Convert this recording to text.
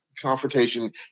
confrontation